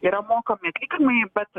yra mokami atlyginimai bet